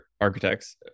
architects